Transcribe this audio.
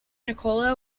nikola